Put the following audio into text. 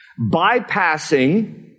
bypassing